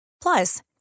Plus